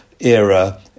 era